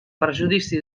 perjudici